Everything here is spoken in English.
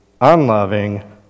unloving